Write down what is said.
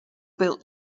built